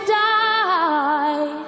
die